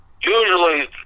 usually